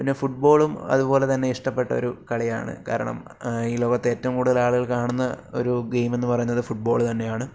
പിന്നെ ഫുട്ബോളും അതുപോലെത്തന്നെ ഇഷ്ടപ്പെട്ടൊരു കളിയാണ് കാരണം ഈ ലോകത്ത് ഏറ്റവും കൂടുതലാളുകൾ കാണുന്ന ഒരു ഗെയിമെന്ന് പറയുന്നത് ഫുട്ബോള് തന്നെയാണ്